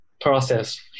process